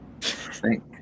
Thank